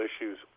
issues